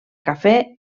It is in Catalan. cafè